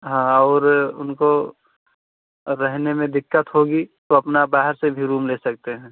हाँ और उनको रहने में दिक़्क़त होगी तो अपना बाहर से भी रूम ले सकते हैं